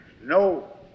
no